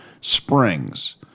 springs